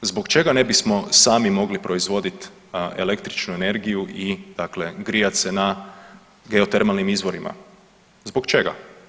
Zbog čega ne bismo sami mogli proizvodit električnu energiju i dakle grijat se na geotermalnim izvorima, zbog čega?